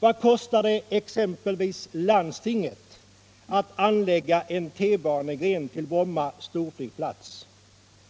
Vad kostar det exempelvis landstinget att anlägga en T-banegren till Bromma storflygplats?